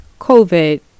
COVID